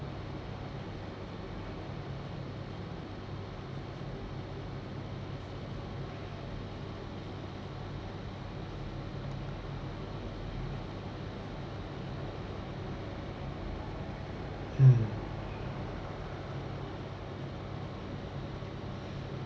mm